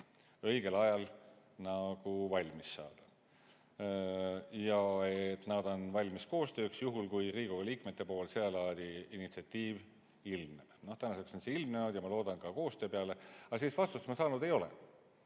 õigel ajal valmis saada, ja nad on valmis koostööks, juhul kui Riigikogu liikmete poolt seda laadi initsiatiiv ilmneb. Tänaseks see on ilmnenud ja ma loodan ka koostöö peale. Aga sellist vastust ma saanud ei ole.